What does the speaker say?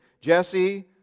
Jesse